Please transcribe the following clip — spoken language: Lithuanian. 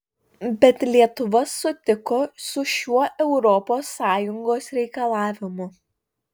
bet lietuva sutiko su šiuo europos sąjungos reikalavimu